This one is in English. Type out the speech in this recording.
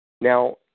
Now